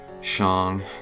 Shang